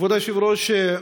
כבוד היושב-ראש,